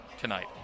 tonight